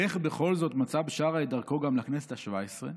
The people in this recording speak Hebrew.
איך בכל זאת מצא בשארה את דרכו גם לכנסת השבע-עשרה?